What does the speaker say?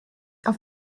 auf